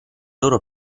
loro